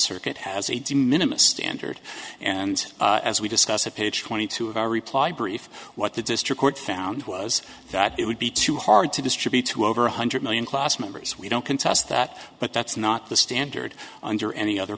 circuit has a de minimus standard and as we discussed at page twenty two of our reply brief what the district court found was that it would be too hard to distribute to over one hundred million class members we don't contest that but that's not the standard under any other